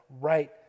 right